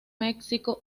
mexico